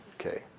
okay